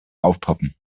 aufpoppen